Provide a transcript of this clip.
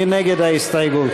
מי נגד ההסתייגות?